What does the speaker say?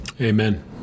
Amen